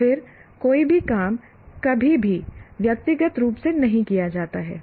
और फिर कोई भी काम कभी भी व्यक्तिगत रूप से नहीं किया जाता है